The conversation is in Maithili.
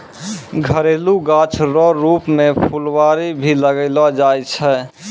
घरेलू गाछ रो रुप मे फूलवारी भी लगैलो जाय छै